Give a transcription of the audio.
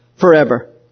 forever